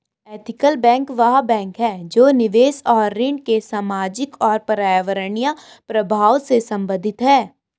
ethical bank वह bank है जो निवेश और ऋण के सामाजिक और पर्यावरणीय प्रभावों से संबंधित है